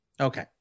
Okay